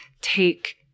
take